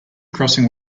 crossing